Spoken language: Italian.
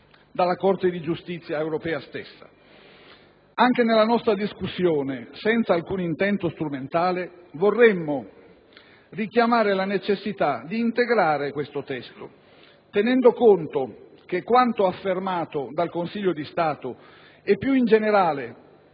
dalla Corte di giustizia europea stessa. Anche nella nostra discussione, dunque, senza alcun intento strumentale, vorremmo richiamare la necessità di integrare il testo, tenendo conto che quanto affermato dal Consiglio di Stato e, più in generale,